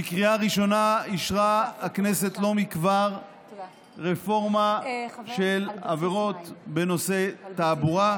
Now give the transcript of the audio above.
בקריאה ראשונה אישרה הכנסת לא מכבר רפורמה של עבירות בנושא תעבורה,